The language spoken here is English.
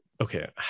okay